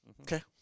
Okay